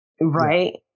right